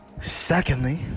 Secondly